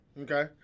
Okay